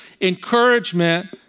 encouragement